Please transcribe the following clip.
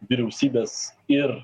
vyriausybės ir